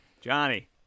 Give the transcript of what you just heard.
Johnny